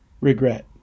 regret